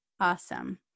Awesome